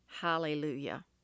Hallelujah